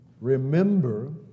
Remember